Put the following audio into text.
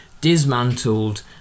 dismantled